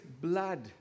blood